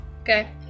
okay